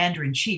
COMMANDER-IN-CHIEF